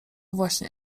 właśnie